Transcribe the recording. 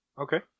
Okay